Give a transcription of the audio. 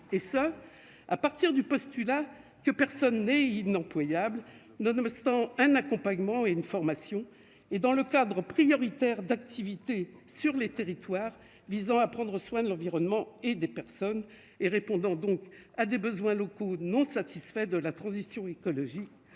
et ce à partir du postulat que personne n'est inemployable nonobstant un accompagnement et une formation et dans le cadre prioritaire d'activité sur les territoires, visant à prendre soin de l'environnement et des personnes et répondant donc à des besoins locaux non satisfait de la transition écologique